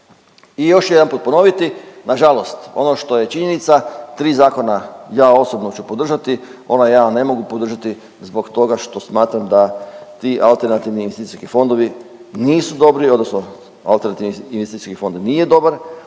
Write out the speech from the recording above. I još ću jedanput ponoviti, nažalost ono što je činjenica tri zakona ja osobno ću podržati, onaj jedan ne mogu podržati zbog toga što smatram da ti alternativni investicijski fondovi nisu dobri odnosno alternativni investicijski fond nije dobar